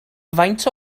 faint